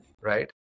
right